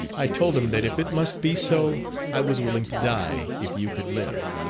i told him that if it must be so i was willing to die if you could live.